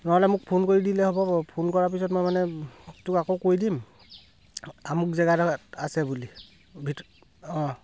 নহ'লে মোক ফোন কৰি দিলে হ'ব ফোন কৰাৰ পিছত মই মানে তোক আকৌ কৈ দিম আমুক জেগাদোখৰত আছে বুলি ভিত অঁ